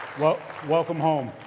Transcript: welcome home.